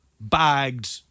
bagged